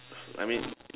I mean